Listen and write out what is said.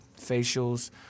facials